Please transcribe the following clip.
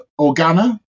Organa